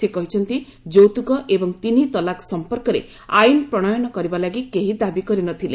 ସେ କହିଛନ୍ତି ଯୌତୁକ ଏବଂ ତିନି ତଲାକ୍ ସମ୍ପର୍କରେ ଆଇନ ପ୍ରଶୟନ କରିବା ଲାଗି କେହି ଦାବି କରି ନ ଥିଲେ